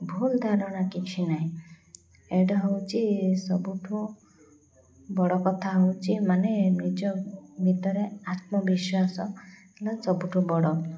ଭୁଲ୍ ଧାରଣା କିଛି ନାହିଁ ଏଇଟା ହେଉଛି ସବୁଠୁ ବଡ଼ କଥା ହେଉଛି ମାନେ ନିଜ ଭିତରେ ଆତ୍ମବିଶ୍ୱାସ ହେଲା ସବୁଠୁ ବଡ଼